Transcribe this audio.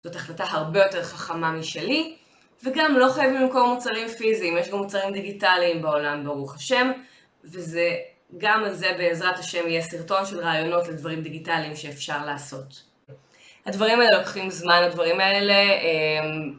זאת החלטה הרבה יותר חכמה משלי, וגם לא חייבים למכור מוצרים פיזיים, יש גם מוצרים דיגיטליים בעולם ברוך השם, וגם על זה בעזרת השם יהיה סרטון של רעיונות לדברים דיגיטליים שאפשר לעשות, הדברים האלה לוקחים זמן הדברים האלה